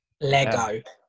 Lego